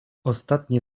ostatnie